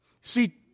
See